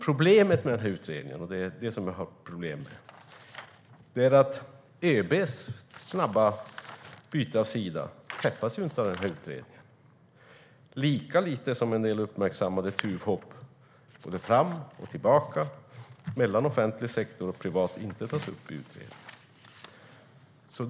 Problemet med utredningen är att ÖB:s snabba byte av sida inte träffas av utredningen, liksom att en del uppmärksammade tuvhopp fram och tillbaka mellan offentlig sektor och privat inte tas upp i utredningen.